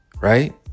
right